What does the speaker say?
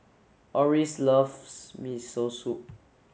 Oris loves Miso Soup